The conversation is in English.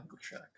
check